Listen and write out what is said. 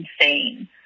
insane